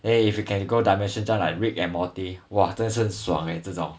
then if you can go dimension just like rick and morty !wah! 真的是很爽 eh 这种